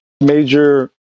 major